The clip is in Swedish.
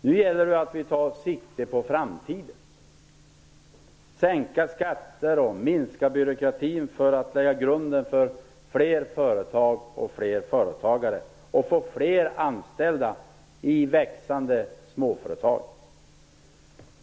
Nu gäller det att vi tar sikte på framtiden, sänker skatter och minskar byråkratin för att lägga grunden för fler företag och fler företagare, och får fler anställda i växande småföretag.